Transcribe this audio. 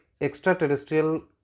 extraterrestrial